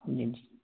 ਹਾਂਜੀ ਹਾਂਜੀ